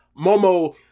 Momo